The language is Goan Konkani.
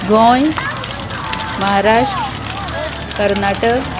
गोंय महाराष्ट्र कर्नाटक